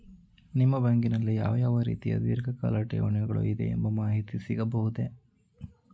ನಿಮ್ಮ ಬ್ಯಾಂಕಿನಲ್ಲಿ ಯಾವ ಯಾವ ರೀತಿಯ ಧೀರ್ಘಕಾಲ ಠೇವಣಿಗಳು ಇದೆ ಎಂಬ ಮಾಹಿತಿ ಸಿಗಬಹುದೇ?